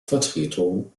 vertretung